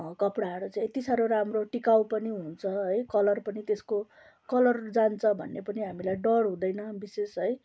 कपडाहरू चाहिँ यति साह्रो राम्रो टिकाउ पनि हुन्छ है कलर पनि त्यसको कलर जान्छ भन्ने पनि हामीलाई डर हुँदैन बिशेष है